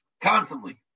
constantly